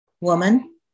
Woman